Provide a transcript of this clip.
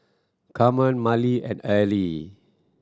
Carmen Myrle and Ely